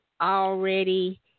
already